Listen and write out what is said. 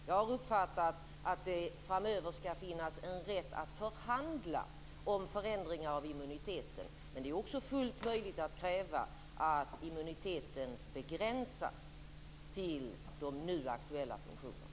Jag har uppfattat att det framöver skall finnas en rätt att förhandla om förändringar av immuniteten. Men det är också fullt möjligt att kräva att immuniteten begränsas till de nu aktuella funktionerna.